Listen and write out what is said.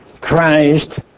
Christ